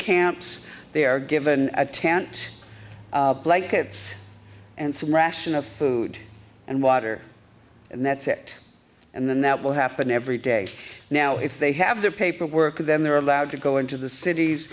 camps they are given a tent blankets and some ration of food and water and that's it and then that will happen every day now if they have their paperwork with them they're allowed to go into the cities